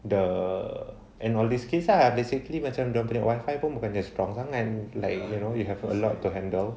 the and all these case lah basically macam dia orang punya wifi bukannya strong kan like you know you have a lot to handle